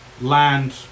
land